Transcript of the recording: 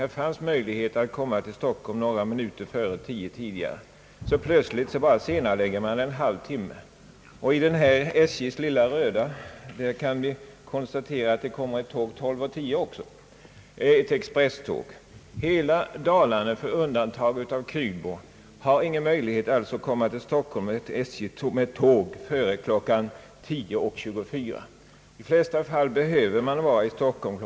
Det fanns möjlighet att komma till Stockholm några minuter före kl. 10. Plötsligt senarelägger man tåget en halv timme. I SJ:s »lilla röda» kan vi konstatera att det kommer ett tåg kl. 12.10 också, ett expresståg. Hela Dalarna med undantag för Krylbo har ingen möjlighet att komma till Stockholm med ett tåg före kl. 10.24. I de flesta fall behöver man vara i Stockholm kl.